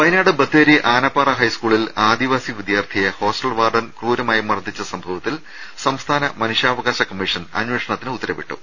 വയനാട് ബത്തേരി ആനപ്പാറ ഹൈസ്കൂളിൽ ആദിവാസി വിദ്യാർത്ഥിയെ ഹോസ്റ്റൽ വാർഡൻ ക്രൂരമായി മർദ്ദിച്ച സംഭവത്തിൽ സംസ്ഥാന മനുഷ്യാവകാശ കമ്മീഷൻ അന്വേഷണത്തിന് ഉത്തരവിട്ടു